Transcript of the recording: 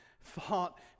thought